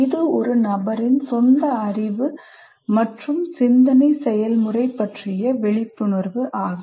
இது ஒரு நபரின் சொந்த அறிவு மற்றும் சிந்தனை செயல்முறை பற்றிய விழிப்புணர்வு ஆகும்